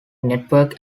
network